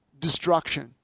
destruction